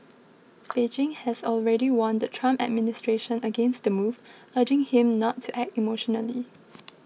Beijing has already warned the Trump administration against the move urging him not to act emotionally